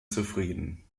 zufrieden